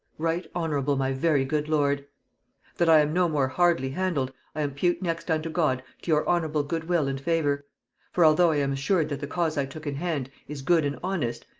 right honorable my very good lord that i am no more hardly handled, i impute next unto god to your honorable good will and favor for although i am assured that the cause i took in hand is good and honest,